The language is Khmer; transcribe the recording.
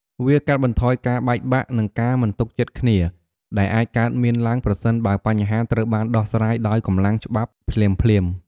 វាកាត់បន្ថយការបែកបាក់ និងការមិនទុកចិត្តគ្នា ដែលអាចកើតមានឡើងប្រសិនបើបញ្ហាត្រូវបានដោះស្រាយដោយកម្លាំងច្បាប់ភ្លាមៗ។